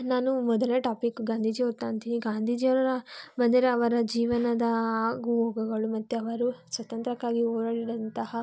ನಾನು ಮೊದಲ ಟಾಪಿಕ್ಕು ಗಾಂದೀಜಿಯವ್ರ್ದು ತಾಂತಿನಿ ಗಾಂಧೀಜಿಯವರ ಬಂದಿರೋ ಅವರ ಜೀವನದ ಆಗುಹೋಗುಗಳು ಮತ್ತು ಅವರು ಸ್ವಾತಂತ್ರಕ್ಕಾಗಿ ಹೋರಾಡಿದಂತಹ